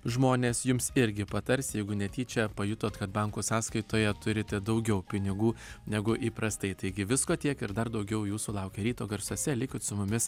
žmonės jums irgi patars jeigu netyčia pajutot kad banko sąskaitoje turite daugiau pinigų negu įprastai taigi visko tiek ir dar daugiau jūsų laukia ryto garsuose likit su mumis